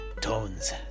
tones